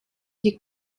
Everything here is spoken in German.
die